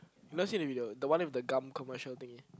you not seen the video the one with the gum commercial thing